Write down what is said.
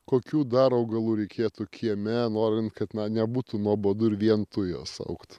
kokių dar augalų reikėtų kieme norint kad nebūtų nuobodu ir vien tujos augtų